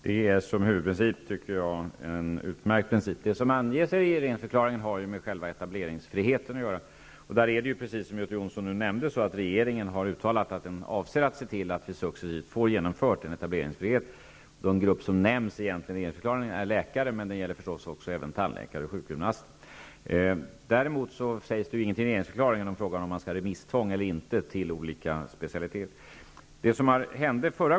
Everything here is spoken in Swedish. Fru talman! Det är en utmärkt huvudprincip. Det som anges i regeringsförklaringen har ju med själva etableringsfriheten att göra och därvidlag är det ju som Göte Jonsson nämnde så, att regeringen har uttalat att den avser att se till att det successivt blir etableringsfrihet. Den grupp som nämns i regeringsförklaringen är läkarna, men det gäller förstås också tandläkare och sjukgymnaster. Däremot står det ju ingenting i regeringsförklaringen om remisstvång eller inte vid olika specialiteter.